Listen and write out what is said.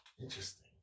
Interesting